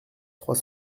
trois